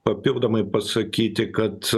papildomai pasakyti kad